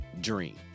dream